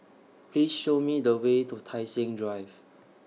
Please Show Me The Way to Tai Seng Drive